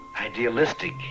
Idealistic